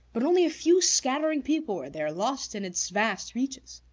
but only a few scattering people were there, lost in its vast reaches.